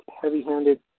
heavy-handed